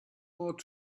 ought